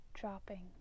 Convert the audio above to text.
dropping